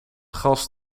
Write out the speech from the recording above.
gas